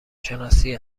شناسی